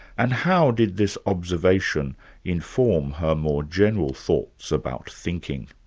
and how did this observation inform her more general thoughts about thinking?